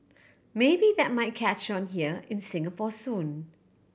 maybe that might catch on here in Singapore soon